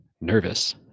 nervous